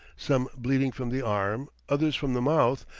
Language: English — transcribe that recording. some bleeding from the arm, others from the mouth,